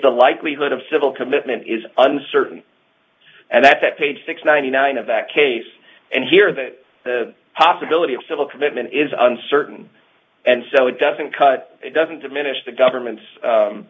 the likelihood of civil commitment is uncertain and that's at page six ninety nine of that case and here that the possibility of civil commitment is uncertain and so it doesn't cut it doesn't diminish the government's